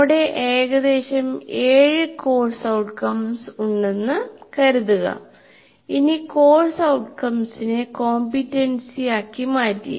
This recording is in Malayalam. നമുക്ക് ഏകദേശം 7 കോഴ്സ് ഔട്ട്കംസ് ഉണ്ടെന്നു കരുതുകഇനി കോഴ്സ് ഔട്ട്കംസിനെ കോംപീറ്റൻസി ആക്കിമാറ്റി